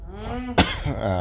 mm